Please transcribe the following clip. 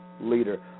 Leader